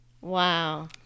Wow